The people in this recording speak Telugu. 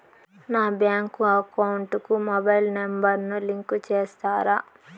నా బ్యాంకు అకౌంట్ కు మొబైల్ నెంబర్ ను లింకు చేస్తారా?